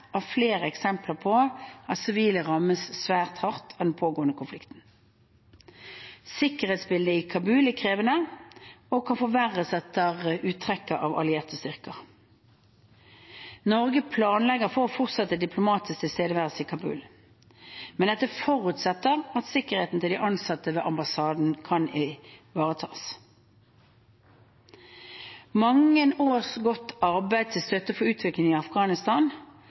av flere eksempler på at sivile rammes svært hardt av den pågående konflikten. Sikkerhetsbildet i Kabul er krevende og kan forverres etter uttrekket av allierte styrker. Norge planlegger for fortsatt diplomatisk tilstedeværelse i Kabul. Men dette forutsetter at sikkerheten til de ansatte ved ambassaden kan ivaretas. Mange års godt arbeid til støtte for utviklingen i Afghanistan